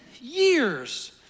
years